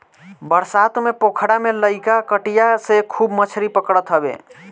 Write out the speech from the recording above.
बरसात में पोखरा में लईका कटिया से खूब मछरी पकड़त हवे